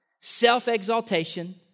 Self-exaltation